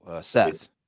Seth